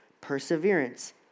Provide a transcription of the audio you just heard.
perseverance